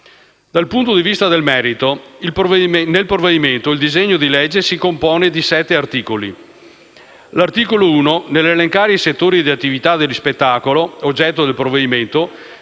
Dal punto di vista del merito del provvedimento, il disegno di legge si compone di sette articoli. L'articolo 1, nell'elencare i settori di attività di spettacolo oggetto del provvedimento,